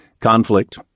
conflict